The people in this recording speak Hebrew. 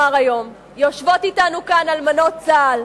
היום: יושבות אתנו כאן אלמנות צה"ל.